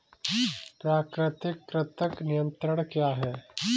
प्राकृतिक कृंतक नियंत्रण क्या है?